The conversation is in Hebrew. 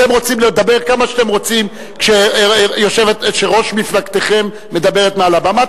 אתם רוצים לדבר כמה שאתם רוצים כשראש מפלגתכם מדברת מעל הבמה?